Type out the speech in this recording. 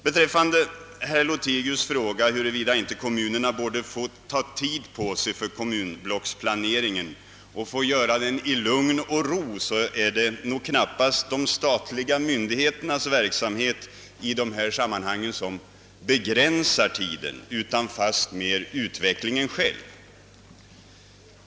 Beträffande herr Lothigius” fråga, huruvida inte kommunerna borde få ta tid på sig för kommunblocksplaneringen och få göra den i lugn och ro, kan sägas, att det nog knappast är de statliga myndigheternas verksamhet i dessa sammanhang som begränsar tiden, utan fastmer utvecklingen själv.